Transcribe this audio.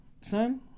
son